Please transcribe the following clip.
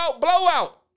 blowout